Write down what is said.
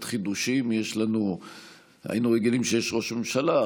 חידושים: היינו רגילים שיש ראש ממשלה,